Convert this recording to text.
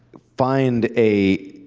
find a